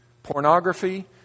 Pornography